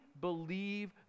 believe